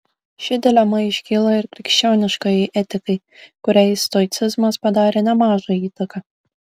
ši dilema iškyla ir krikščioniškajai etikai kuriai stoicizmas padarė nemažą įtaką